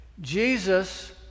Jesus